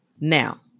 Now